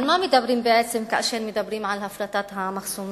על מה מדברים כאשר מדברים על הפרטת המחסומים?